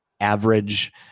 average